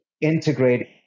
integrate